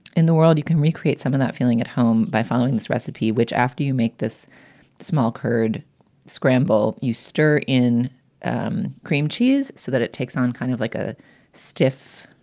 in the world, you can recreate some of that feeling at home by following this recipe, which after you make this small curd scramble, you stir in um cream cheese so that it takes on kind of like a stiff,